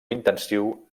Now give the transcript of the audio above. intensiu